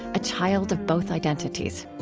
a child of both identities.